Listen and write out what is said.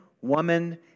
woman